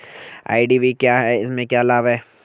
IDV क्या है इसमें क्या लाभ है?